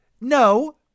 no